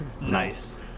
Nice